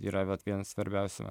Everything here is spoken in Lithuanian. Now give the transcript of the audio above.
yra vat vienas svarbiausių